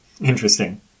Interesting